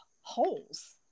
holes